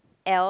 else